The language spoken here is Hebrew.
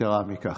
יתרה מזו,